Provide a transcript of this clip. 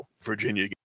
Virginia